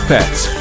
Pets